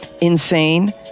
insane